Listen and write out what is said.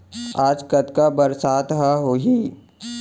आज कतका बरसात ह होही?